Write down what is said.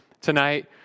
tonight